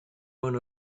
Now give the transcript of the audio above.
one